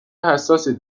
حساسی